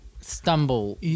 stumble